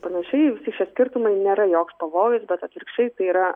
panašiai visi šie skirtumai nėra joks pavojus bet atvirkščiai tai yra